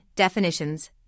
definitions